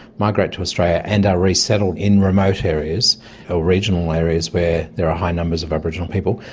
migrate to australia, and are resettled in remote areas or regional areas where there are high numbers of aboriginal people.